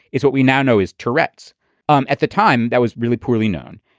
it's what we now know is tourette's um at the time that was really poorly known.